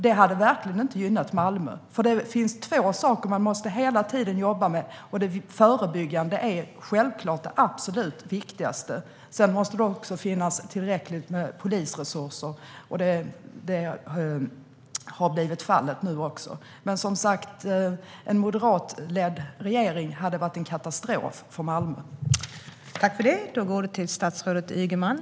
Det hade verkligen inte gynnat Malmö. Vi måste nämligen hela tiden jobba med två saker. Det förebyggande arbetet är självklart det absolut viktigaste. Sedan måste det också finnas tillräckliga polisresurser. Så har blivit fallet nu också. Men en moderatledd regering hade som sagt varit en katastrof för Malmö.